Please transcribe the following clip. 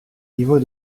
niveaux